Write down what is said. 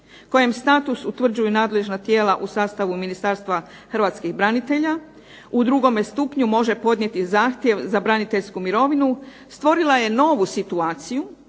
kojem status utvrđuju nadležna tijela u sastavu Ministarstva hrvatskih branitelja u drugome stupnju može podnijeti zahtjev za braniteljsku mirovinu stvorila je novu situaciju